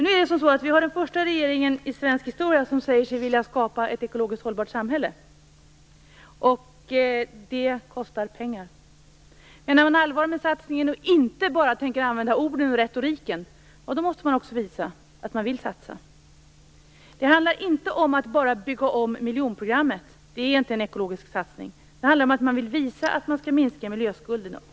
Vi har nu den första regeringen i svensk historia som säger sig vilja skapa ett ekologiskt hållbart samhälle - och det kostar pengar. Menar regeringen allvar med satsningen och inte bara tänker använda orden och retoriken måste den också visa att den vill satsa. Det handlar inte om att bara bygga om miljonprogrammet - det är inte en ekologisk satsning. Det handlar om att visa att man skall minska miljöskulden.